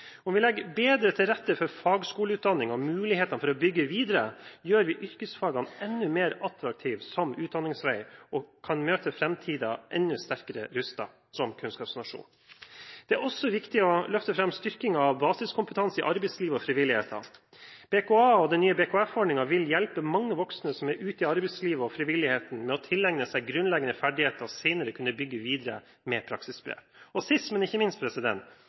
Om vi legger bedre til rette for fagskoleutdanning og mulighetene for å bygge videre, gjør vi yrkesfagene enda mer attraktive som utdanningsvei og kan møte framtiden enda sterkere rustet som kunnskapsnasjon. Det er også viktig å løfte fram styrkingen av basiskompetanse i arbeidslivet og frivilligheten. Program for basiskompetanse i arbeidslivet, BKA, og den nye BKF-ordningen, Basiskompetanse i frivilligheten, vil hjelpe mange voksne som er ute i arbeidslivet og frivilligheten, med å tilegne seg grunnleggende ferdigheter og senere kunne bygge videre med praksisbrev. Sist, men ikke minst: